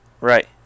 Right